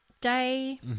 Day